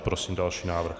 Prosím další návrh.